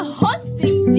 hosting